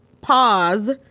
pause